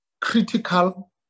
critical